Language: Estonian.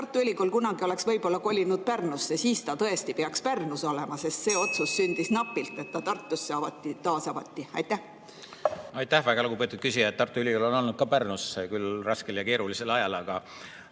Tartu Ülikool oleks kunagi kolinud Pärnusse, siis ta tõesti peaks Pärnus olema. See otsus sündis napilt, et ta Tartus taasavati. Aitäh, väga lugupeetud küsija! Tartu Ülikool on olnud ka Pärnus, küll raskel ja keerulisel ajal. Aga